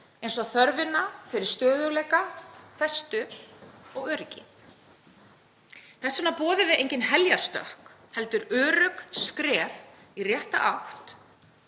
eins og þörfina fyrir stöðugleika, festu og öryggi. Þess vegna boðum við engin heljarstökk heldur örugg skref í rétta átt.